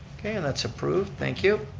okay, and that's approved, thank you.